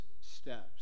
steps